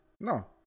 No